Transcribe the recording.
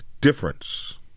difference